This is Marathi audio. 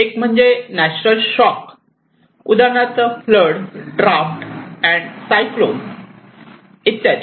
एक म्हणजे नॅचरल शॉक उदाहरणार्थ फ्लड ड्राफत अँड सायक्लोन इत्यादी